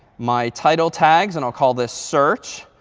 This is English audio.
my title tags and i'll call this search.